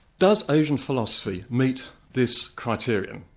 does asian philosophy meet this criteria?